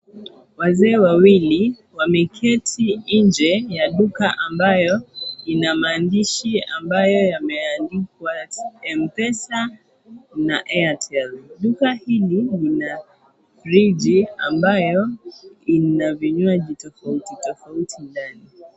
Wazee wawili wameketi nje ya duka ambayo ina maandishi ambayo yameandikwa mpesa na airtel. Duka hili linafriji ambayo inavinywaji tofauti tofauti ndani.